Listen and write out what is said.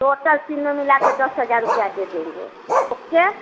total तीनों मिला कर दस हज़ार रुपया दे देंगे ओके